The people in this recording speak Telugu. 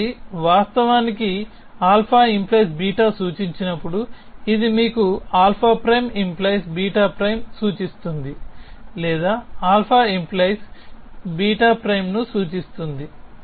కాబట్టి వాస్తవానికి α🡪β సూచించినప్పుడు ఇది మీకు α'🡪β' సూచిస్తుంది లేదా α🡪 β' ను సూచిస్తుంది